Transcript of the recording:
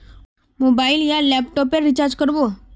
Mobile या laptop पेर recharge कर बो?